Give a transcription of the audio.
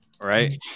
Right